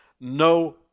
no